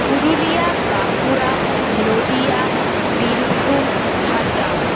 Purulia Bankura Nadia Birbhum Jhargram